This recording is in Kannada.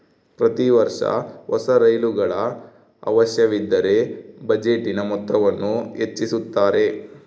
ಪ್ರತಿ ವರ್ಷ ಹೊಸ ರೈಲುಗಳ ಅವಶ್ಯವಿದ್ದರ ಬಜೆಟಿನ ಮೊತ್ತವನ್ನು ಹೆಚ್ಚಿಸುತ್ತಾರೆ